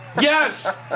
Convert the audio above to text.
Yes